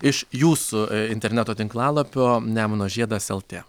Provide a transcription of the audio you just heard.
iš jūsų interneto tinklalapio nemuno žiedas lt